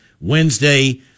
wednesday